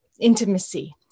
intimacy